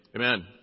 Amen